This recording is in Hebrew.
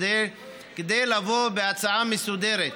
כדי לבוא בהצעה מסודרת.